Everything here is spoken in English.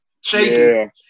shaking